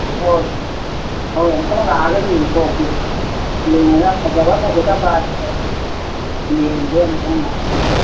ꯍꯣꯏ ꯍꯣꯏ ꯑꯃꯨꯛꯇꯪ ꯂꯥꯛꯑꯒ ꯌꯦꯡꯊꯣꯛꯀꯦ ꯌꯦꯡꯉꯒ ꯐꯖꯕ ꯐꯖꯗꯕ ꯌꯦꯡꯒꯤꯒꯦ ꯑꯝꯇꯪ